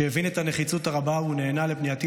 שהבין את הנחיצות הרבה ונענה לפנייתי